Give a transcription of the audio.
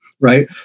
right